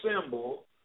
symbol